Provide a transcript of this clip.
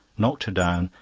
knocked her down,